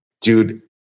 dude